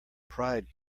pride